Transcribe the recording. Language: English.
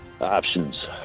Options